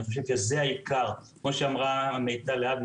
אני חושב שזה העיקר, כפי שהזכירה מיטל להבי.